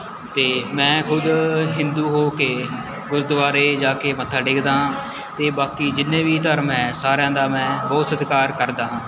ਅਤੇ ਮੈਂ ਖੁਦ ਹਿੰਦੂ ਹੋ ਕੇ ਗੁਰਦੁਆਰੇ ਜਾ ਕੇ ਮੱਥਾ ਟੇਕਦਾ ਹਾਂ ਅਤੇ ਬਾਕੀ ਜਿੰਨੇ ਵੀ ਧਰਮ ਹੈ ਸਾਰਿਆਂ ਦਾ ਮੈਂ ਬਹੁਤ ਸਤਿਕਾਰ ਕਰਦਾ ਹਾਂ